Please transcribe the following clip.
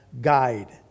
guide